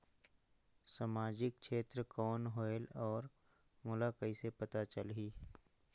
समाजिक क्षेत्र कौन होएल? और मोला कइसे पता चलही?